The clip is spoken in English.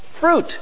fruit